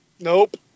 Nope